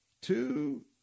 two